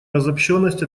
разобщенность